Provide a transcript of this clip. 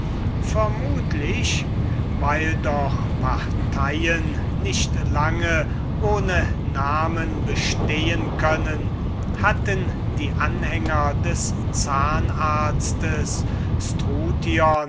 vermutlich weil doch parteien nicht lange ohne namen bestehen können hatten die anhänger des zahnarztes